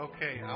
Okay